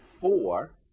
four